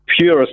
pure